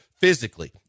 physically